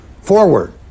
forward